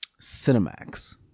cinemax